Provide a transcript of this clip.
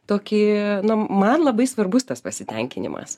tokį na man labai svarbus tas pasitenkinimas